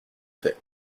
fait